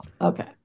okay